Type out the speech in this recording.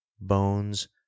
bones